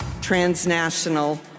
Transnational